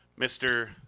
Mr